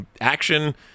action